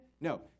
No